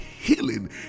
healing